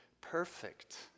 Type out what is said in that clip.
perfect